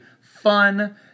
fun